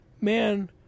man